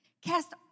cast